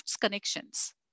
connections